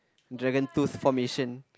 dragon tooth formation